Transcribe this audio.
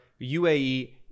UAE